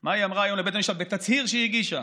מה היא אמרה היום לבית המשפט בתצהיר שהיא הגישה: